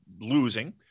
losing